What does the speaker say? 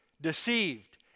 deceived